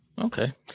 Okay